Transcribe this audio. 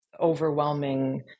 overwhelming